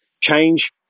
change